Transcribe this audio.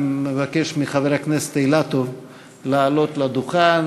אני מבקש מחבר הכנסת אילטוב לעלות לדוכן